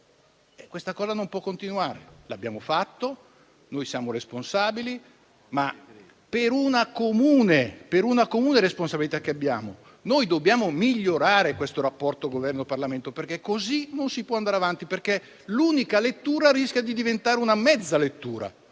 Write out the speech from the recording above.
ma questa cosa non può continuare. Li abbiamo ritirati, perché siamo responsabili, ma, per una comune responsabilità che abbiamo, dobbiamo migliorare questo rapporto tra Governo e Parlamento. Così non si può andare avanti, perché l'unica lettura rischia di diventare una mezza lettura